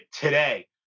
today